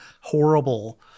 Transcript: horrible